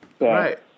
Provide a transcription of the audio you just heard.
Right